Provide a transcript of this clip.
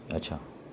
اچھا